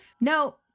No